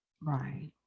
Right